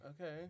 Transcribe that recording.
Okay